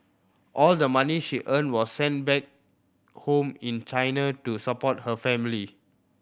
all the money she earned was sent back home in China to support her family